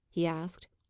he asked.